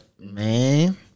Man